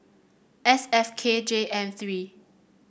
S F K J M three